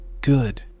Good